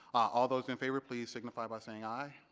all those in favor please signify by saying aye.